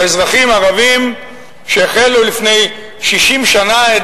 האזרחים הערבים שהחלו לפני 60 שנה את